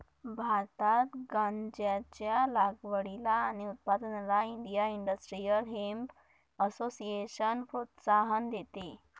भारतात गांज्याच्या लागवडीला आणि उत्पादनाला इंडिया इंडस्ट्रियल हेम्प असोसिएशन प्रोत्साहन देते